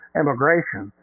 immigration